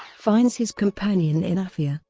finds his companion in aafia,